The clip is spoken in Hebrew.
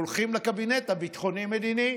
הולכים לקבינט הביטחוני-מדיני.